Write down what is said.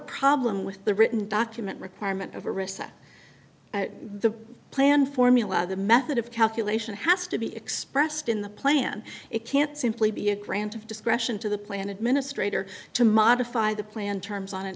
problem with the written document requirement of a recess the plan formula the method of calculation has to be expressed in the plan it can't simply be a grant of discretion to the plan administrator to modify the plan terms on an